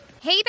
hey